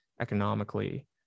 economically